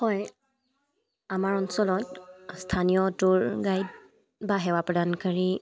হয় আমাৰ অঞ্চলত স্থানীয় টোৰ গাইড বা সেৱা প্ৰদানকাৰী